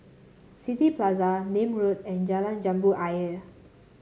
City Plaza Nim Road and Jalan Jambu Ayer